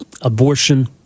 abortion